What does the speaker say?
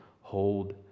hold